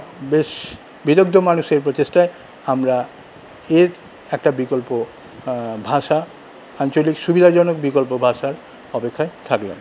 বেশ বিলুব্ধ মানুষের প্রচেষ্টায় আমরা এর একটা বিকল্প আ ভাষা আঞ্চলিক সুবিধাজনক বিকল্প ভাষার অপেক্ষায় থাকলাম